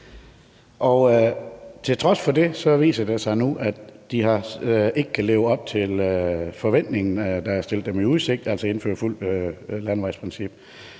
Til trods for det viser det sig nu, at de ikke kan leve op til den forventning, der har været stillet i udsigt, altså at indføre det fulde landevejsprincip.